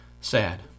sad